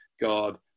God